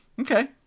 Okay